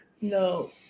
No